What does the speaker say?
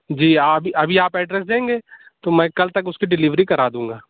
جی آ بھی ابھی آپ ایڈریس دیں گے تو میں کل تک اُس کی ڈلیوری کرا دوں گا